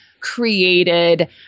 created